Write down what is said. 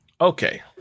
okay